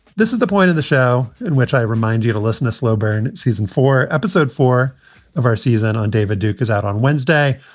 this is the point of the show in which i remind you to listen to slow burn. season four, episode four of our season on david duke is out on wednesday.